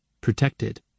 Protected